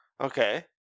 okay